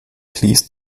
please